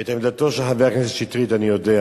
את עמדתו של חבר הכנסת שטרית אני יודע.